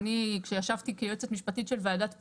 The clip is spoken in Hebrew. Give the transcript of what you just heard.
אני כשישבתי כיועצת משפטית של ועדת פטורים,